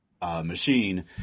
machine